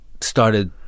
started